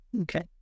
Okay